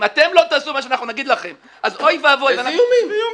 אם אתם לא תעשו מה שאנחנו נגיד לכם אז אוי ואבוי --- איזה איומים?